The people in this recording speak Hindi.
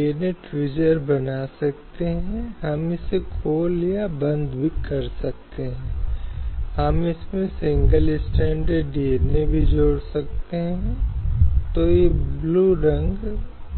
डैनियल लताफी आदि जहां बार बार यह मुद्दा उठाते हैं कि क्या धारा 125 सीआरपीसी को मुस्लिम महिलाओं द्वारा अपने पति